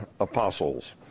apostles